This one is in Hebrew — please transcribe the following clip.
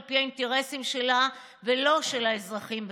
פי האינטרסים שלה ולא של האזרחים וצורכיהם.